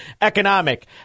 economic